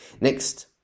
Next